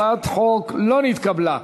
הצעת החוק לא נתקבלה.